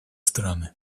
страны